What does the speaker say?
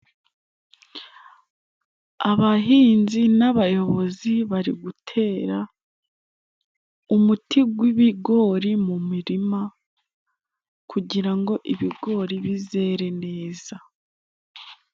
Abahinzi n'abayobozi bari gutera umuti gw' ibigori mu mirima kugira ngo ibigori bizere neza.